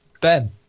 Ben